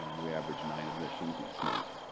we average nine admissions each month.